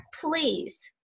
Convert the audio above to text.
please